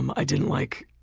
um i didn't like,